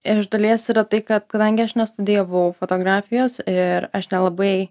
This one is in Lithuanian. iš dalies yra tai kad kadangi aš nestudijavau fotografijos ir aš nelabai